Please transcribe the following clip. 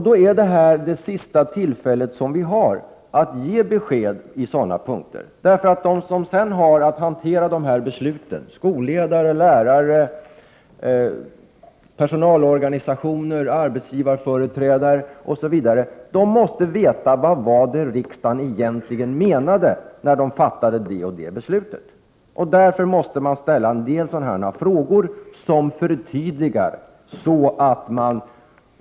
Då är det här det sista tillfället att ge besked på sådana punkter. De som sedan har att hantera besluten — skolledare, lärare, personalorganisationer, arbetsgivarföreträdare, osv. — måste veta vad riksdagen egentligen menade när den fattade det och det beslutet. Därför måste vi ställa en del frågor och begära förtydliganden.